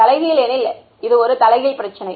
தலைகீழ் ஏனெனில் இது ஒரு தலைகீழ் பிரச்சினை